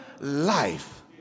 life